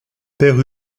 père